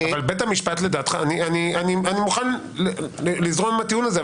אני מוכן לזרום עם הטיעון הזה,